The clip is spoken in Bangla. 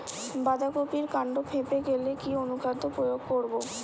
বাঁধা কপির কান্ড ফেঁপে গেলে কি অনুখাদ্য প্রয়োগ করব?